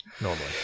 Normally